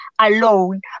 alone